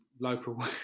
local